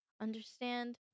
understand